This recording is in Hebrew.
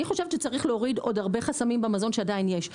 אני חושבת שצריך להוריד עוד הרבה חסמים במזון שעדיין יש,